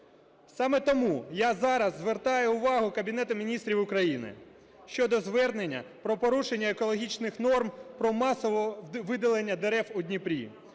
Саме тому я зараз звертаю увагу Кабінету Міністрів України щодо звернення про порушення екологічних норм, про масове видалення дерев у Дніпрі.